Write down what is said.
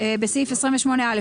בסעיף 28א,